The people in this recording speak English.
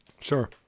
Sure